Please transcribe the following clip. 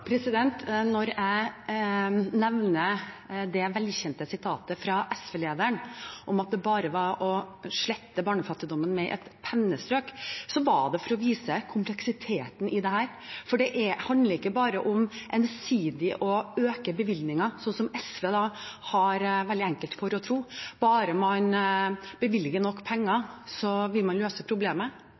Når jeg nevnte det velkjente sitatet fra SV-lederen om at det bare var å slette barnefattigdommen med et pennestrøk, var det for å vise kompleksiteten i dette. Dette handler ikke bare om ensidig å øke bevilgningene, slik SV har veldig lett for å tro, at bare man bevilger nok penger, vil man løse problemet.